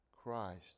Christ